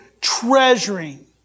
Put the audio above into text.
treasuring